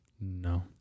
No